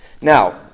Now